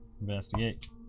Investigate